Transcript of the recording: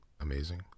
amazing